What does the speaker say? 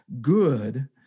Good